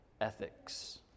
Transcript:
ethics